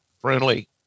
friendly